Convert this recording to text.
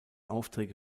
aufträge